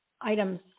items